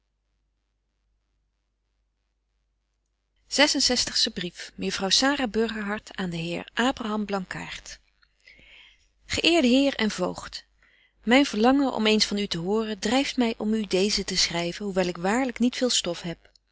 burgerhart aan den heer abraham blankaart ge eerde heer en voogd myn verlangen om eens van u te horen dryft my om u deezen te schryven hoewel ik waarlyk niet veel stof heb